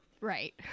Right